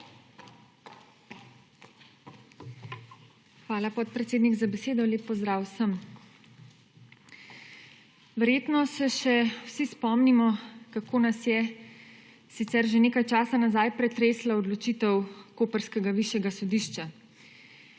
Hvala, podpredsednik, za besedo. Lep pozdrav vsem! Verjetno se še vsi spomnimo, kako nas je, sicer že nekaj časa nazaj, pretresla odločitev koprskega Višjega sodišča.